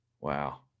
Wow